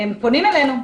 פונים אלינו.